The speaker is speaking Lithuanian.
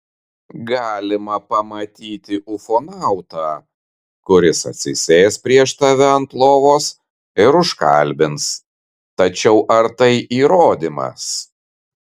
galima pamatyti ufonautą kuris atsisės prieš tave ant lovos ir užkalbins tačiau ar tai įrodymas